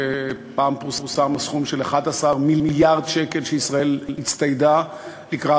ופעם פורסם פה סכום של 11 מיליארד שקל שישראל הצטיידה לקראת